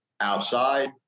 outside